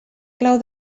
clau